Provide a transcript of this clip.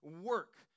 work